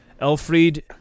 Elfried